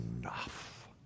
enough